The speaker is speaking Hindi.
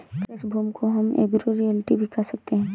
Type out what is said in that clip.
कृषि भूमि को हम एग्रो रियल्टी भी कह सकते है